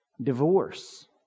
divorce